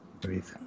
Breathe